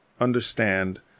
understand